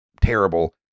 terrible